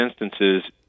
instances